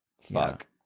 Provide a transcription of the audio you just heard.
Fuck